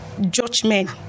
judgment